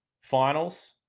finals